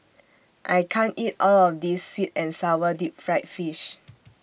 I can't eat All of This Sweet and Sour Deep Fried Fish